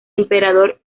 emperador